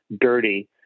dirty